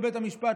לבית המשפט,